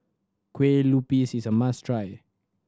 Kueh Lupis is a must try